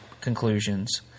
conclusions